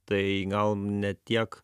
tai gal ne tiek